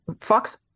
Fox